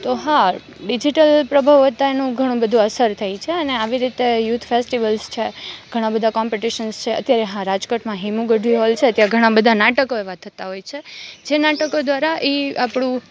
તો હા ડિજીટલ પ્રભાવ વધતાં એનું ઘણું બધું અસર થઈ છે અને આવી રીતે યૂથ ફેસ્ટિવલ્સ છે ઘણાં બધાં કોમ્પિટિશન્સ છે અત્યારે હા રાજકોટમાં હેમુ ગઢવી હૉલ છે ત્યાં ઘણાં બધાં નાટકો એવા થતાં હોય છે જે નાટકો દ્વારા ઈ આપણું